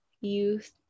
youth